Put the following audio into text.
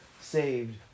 saved